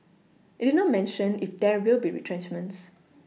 it did not mention if there will be retrenchments